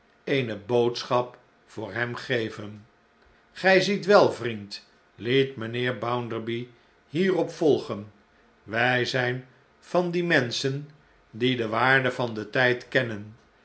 eene boodschap voor hem geven gij ziet wel vriend liet mijnheer bounderby hierop volgen wij zijn van die menschen die de waarde van den tijd kennen